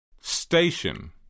Station